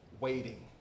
waiting